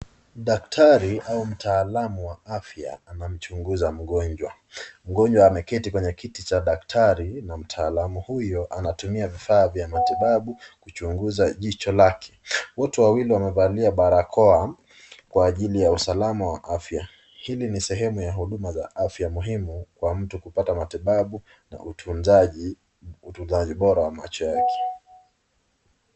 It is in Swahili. Daktari au mtaalamu wa afya anamchunguza mgonjwa, mgonjwa ameketi kwenye kiti cha daktari na mtaalamu huyo anatumia vifaa vya matibabu kuchunguza jicho lake. Wote wawili wamevalia barakoa kwa ajili ya usalama wa afya, hili ni sehemu ya huduma za afya muhimu kwa mtu kupata matibabu na utunzaji bora wa macho yake.